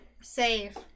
save